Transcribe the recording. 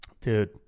Dude